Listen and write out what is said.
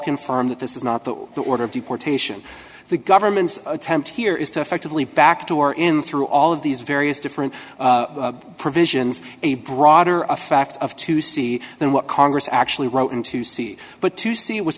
confirm that this is not the order of deportation the government's attempt here is to effectively back door in through all of these various different provisions a broader effect of to see than what congress actually wrote and to see but to it was